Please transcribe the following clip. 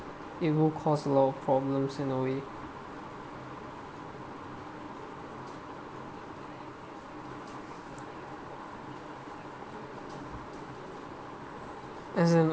it will cause a lot of problems in a way as in